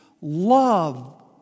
love